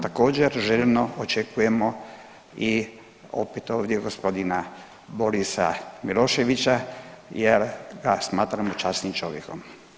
Također željno očekujemo i opet ovdje gospodina Borisa Miloševića jer ga smatramo časnim čovjekom.